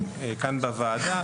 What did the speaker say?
כאן בוועדה,